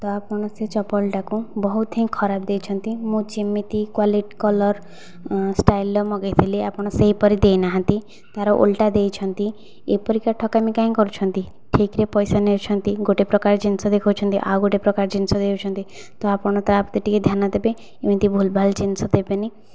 ତ ଆପଣ ସେ ଚପଲଟାକୁ ବହୁତ ହିଁ ଖରାପ ଦେଇଛନ୍ତି ମୁଁ ଯେମିତି କ୍ୱାଲିଟି କଲର ଷ୍ଟାଇଲର ମଗେଇଥିଲି ଆପଣ ସେହିପରି ଦେଇନାହାନ୍ତି ତାର ଓଲଟା ଦେଇଛନ୍ତି ଏପରିକା ଠକାମୀ କାହିଁକି କରୁଛନ୍ତି ଠିକ ରେ ପଇସା ନେଉଛନ୍ତି ଗୋଟିଏ ପ୍ରକାର ଜିନିଷ ଦେଖାଉଛନ୍ତି ଆଉ ଗୋଟିଏ ପ୍ରକାର ଜିନିଷ ଦେଉଛନ୍ତି ତ ଆପଣ ତା ପ୍ରତି ଟିକେ ଧ୍ୟାନ ଦେବେ ଏମିତି ଭୁଲ ଭାଲ ଜିନିଷ ଦେବେନି